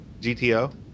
GTO